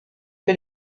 que